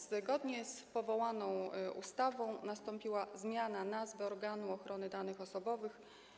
Zgodnie z powołaną ustawą nastąpiła zmiana nazwy organu ochrony danych osobowych.